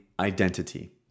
identity